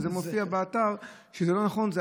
זה מופיע באתר וזה לא נכון.